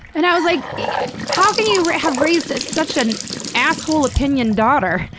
and i was like, yeah how can you have raised such an asshole opinion daughter?